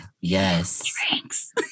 yes